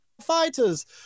fighters